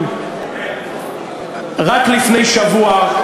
רק לפני שבוע,